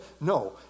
No